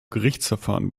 gerichtsverfahren